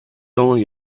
only